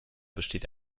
besteht